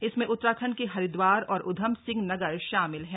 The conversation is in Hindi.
इसमें उतराखण्ड के हरिद्वार और उधमसिंहनगर शामिल हैं